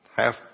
Half